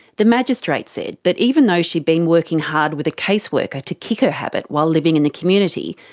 the magistrate said that even though she'd been working hard with a caseworker to kick her habit while living in the community,